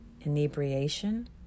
Inebriation